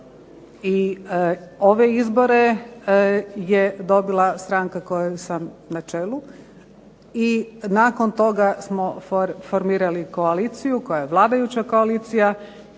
i ove izbore je dobila stranka kojoj sam na čelu i nakon toga smo formirali koaliciju koja je vladajuća koalicija.